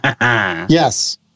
Yes